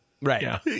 Right